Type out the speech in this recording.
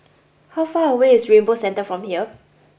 how far away is Rainbow Centre from here